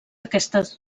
aquestes